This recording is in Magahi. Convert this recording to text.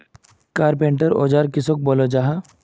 कारपेंटर औजार किसोक बोलो जाहा?